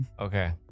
Okay